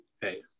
Hey